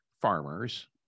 farmers